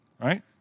Right